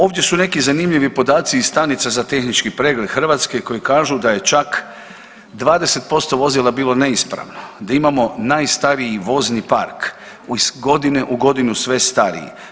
Ovdje su neki zanimljivi podaci iz stanica za tehnički pregled Hrvatske koji kažu da je čak 20% vozila bilo neispravno, da imamo najstariji vozni par iz godine u godinu sve stariji.